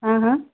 हाँ हाँ